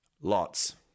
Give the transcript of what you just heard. Lots